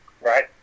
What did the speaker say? Right